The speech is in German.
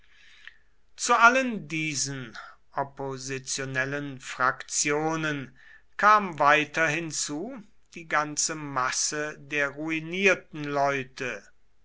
zu allen diesen oppositionellen fraktionen kam weiter hinzu die ganze masse der ruinierten leute